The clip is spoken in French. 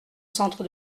centre